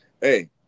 hey